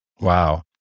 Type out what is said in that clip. Wow